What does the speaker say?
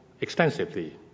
extensively